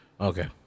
Okay